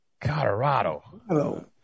Colorado